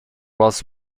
was